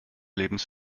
lebens